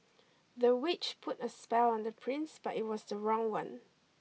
the witch put a spell on the prince but it was the wrong one